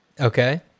Okay